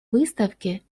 выставке